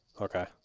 Okay